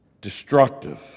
destructive